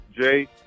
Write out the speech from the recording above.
Jay